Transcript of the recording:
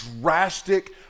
drastic